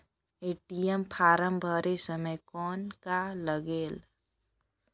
ATM form भरे समय कौन का लगेल?